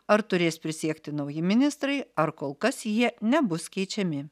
ar turės prisiekti nauji ministrai ar kol kas jie nebus keičiami